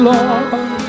Lord